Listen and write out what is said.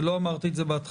ולא אמרתי את זה בהתחלה,